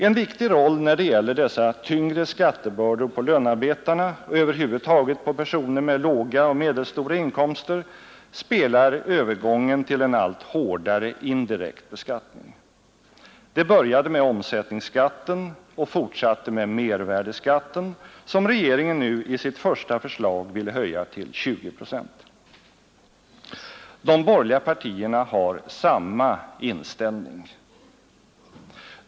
En viktig roll när det gäller dessa tyngre skattebördor på lönarbetarna och över huvud taget på personer med låga och medelstora inkomster spelar övergången till en allt hårdare indirekt beskattning. Det började med omsättningsskatten och fortsatte med mervärdeskatten, som regeringen nu i sitt första förslag ville höja till 20 procent. De borgerliga partierna har samma inställning.